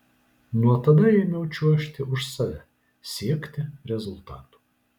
nuo tada ėmiau čiuožti už save siekti rezultatų